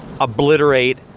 obliterate